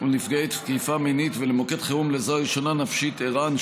ולנפגעי תקיפה מינית ולמוקד חירום לעזרה ראשונה נפשית (ער"ן),